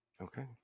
Okay